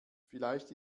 vielleicht